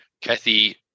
Kathy